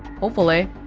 hopefully